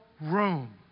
room